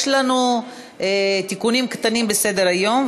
יש לנו תיקונים קטנים בסדר-היום,